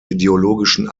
ideologischen